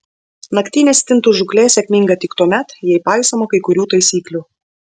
naktinė stintų žūklė sėkminga tik tuomet jei paisoma kai kurių taisyklių